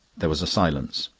there was a silence,